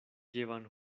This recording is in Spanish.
llevan